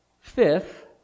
Fifth